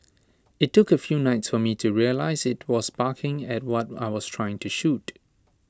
IT took A few nights for me to realise IT was barking at what I was trying to shoot